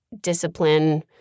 discipline